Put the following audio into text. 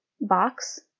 box